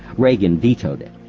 reagan vetoed it.